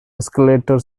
escalator